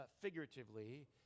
figuratively